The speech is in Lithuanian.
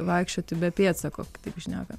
vaikščioti be pėdsako taip šneka